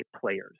players